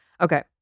Okay